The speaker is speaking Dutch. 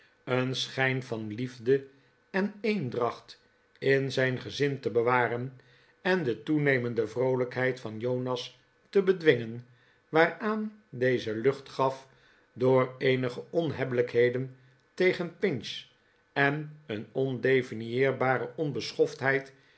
een schijn van liefde en eendracht in zijn gezin te bewaren en de toenemende vroolijkheid van jonas te bedwingen waaraan deze lucht gaf door eenige onhebbelijkheden tegen pinch en een pndefinieerbare onbeschoftheid